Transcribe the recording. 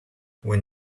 when